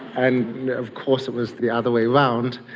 and of course it was the other way round.